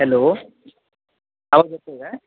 hello आवाज येत आहे काय